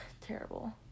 Terrible